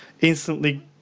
instantly